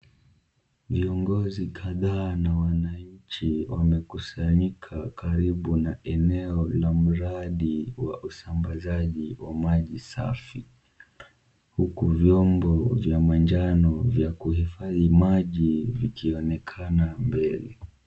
Viongozi kadhaa na wananchi wamekusanyika karibu na eneo la mradi wa usambazaji wa maji safi huku viombo vya manjano vya kuhifadhi maji vikionekana mbele.